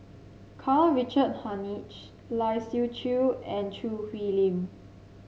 Karl Richard Hanitsch Lai Siu Chiu and Choo Hwee Lim